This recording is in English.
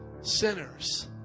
Sinners